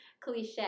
cliche